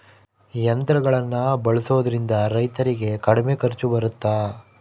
ಯಂತ್ರಗಳನ್ನ ಬಳಸೊದ್ರಿಂದ ರೈತರಿಗೆ ಕಡಿಮೆ ಖರ್ಚು ಬರುತ್ತಾ?